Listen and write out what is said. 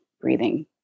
breathing